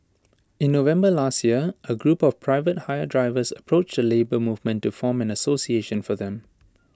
in November last year A group of private hire drivers approached the Labour Movement to form an association for them